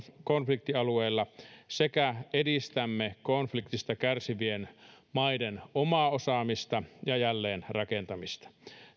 konfliktialueilla sekä edistämme konfliktista kärsivien maiden omaa osaamista ja jälleenrakentamista